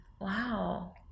Wow